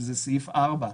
שהוא סעיף 4,